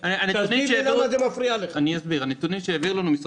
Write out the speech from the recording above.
תסביר לי למה זה מפריע לך.